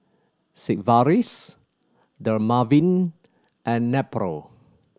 Sigvaris Dermaveen and Nepro